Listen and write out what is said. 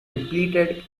depleted